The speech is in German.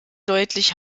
deutlich